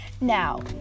Now